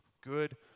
good